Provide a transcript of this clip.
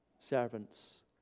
servants